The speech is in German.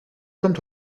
kommt